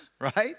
right